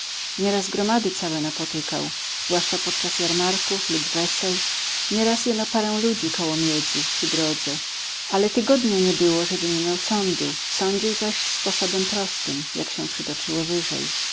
zdarzeń nieraz gromady całe napotykał zwłaszcza podczas jarmarków lub wesel nieraz jeno parę ludzi koło miedz przy drodze ale tygodnia nie było żeby nie miał sądu sądził zaś sposobem prostym jak się przytoczyło wyżej